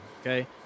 okay